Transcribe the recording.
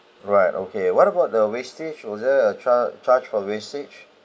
right okay what about the wastage was there a charge charge for wastage